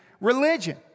religion